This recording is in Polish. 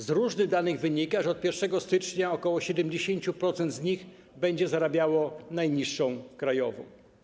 Z różnych danych wynika, że od 1 stycznia ok. 70% z nich będzie zarabiało najniższą krajową.